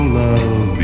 love